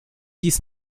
dies